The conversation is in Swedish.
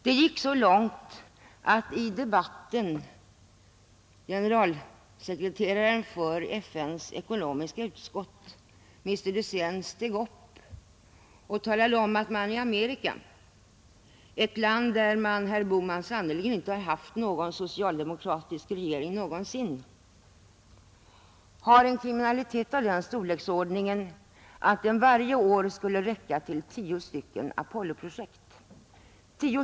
Det gick så långt att generalsekreteraren i FN:s ekonomiska utskott, de Seynes, steg upp och talade om att man i USA — ett land som, herr Bohman, sannerligen inte någonsin har haft en socialdemokratisk regering — har en kriminalitet av sådan storleksordning att den, värderad i pengar, varje år skulle räcka till tio stycken Apolloprojekt.